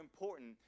important